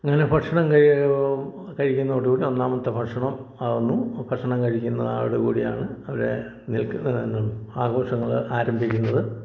അങ്ങനെ ഭക്ഷണം കാ കഴിക്കുന്നതോടുകൂടി ഒന്നാമത്തെ ഭക്ഷണം ആകുന്നു ഭക്ഷണം കഴിക്കുന്നതാടു കൂടിയാണ് അവിടെ നില്ക്കുന്നത് എന്തും ആഘോഷങ്ങള് ആരംഭിക്കുന്നത്